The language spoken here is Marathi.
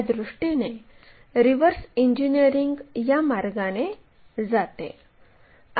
त्या दृष्टीने रिवर्स इंजिनिअरिंग या मार्गाने जाते